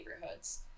neighborhoods